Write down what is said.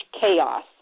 chaos